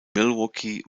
milwaukee